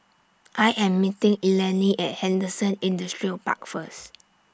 I Am meeting Eleni At Henderson Industrial Park First